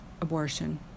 abortion